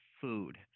food